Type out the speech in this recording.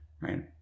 right